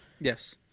yes